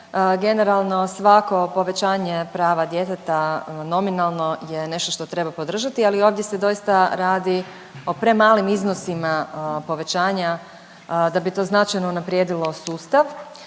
Generalno svako povećanje prava djeteta nominalno je nešto što treba podržati, ali ovdje se doista radi o premalim iznosima povećanja da bi to značajno unaprijedilo sustav.